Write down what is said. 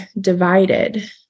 divided